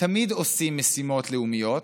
תמיד עושים משימות לאומיות,